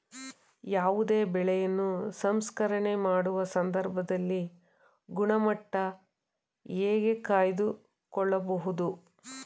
ಯಾವುದೇ ಬೆಳೆಯನ್ನು ಸಂಸ್ಕರಣೆ ಮಾಡುವ ಸಂದರ್ಭದಲ್ಲಿ ಗುಣಮಟ್ಟ ಹೇಗೆ ಕಾಯ್ದು ಕೊಳ್ಳಬಹುದು?